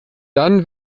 dann